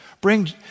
Bring